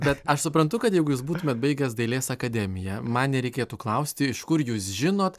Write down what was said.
bet aš suprantu kad jeigu jūs būtumėt baigęs dailės akademiją man nereikėtų klausti iš kur jūs žinot